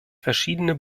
verschiedene